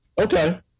Okay